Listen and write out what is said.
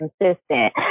consistent